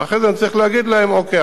ואחרי זה אני צריך להגיד להם: אוקיי,